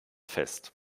fest